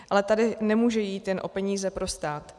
Ale tady nemůže jít jen o peníze pro stát.